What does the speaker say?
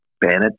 Bennett